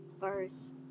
Verse